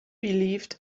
believed